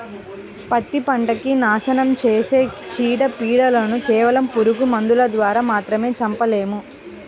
పత్తి పంటకి నాశనం చేసే చీడ, పీడలను కేవలం పురుగు మందుల ద్వారా మాత్రమే చంపలేము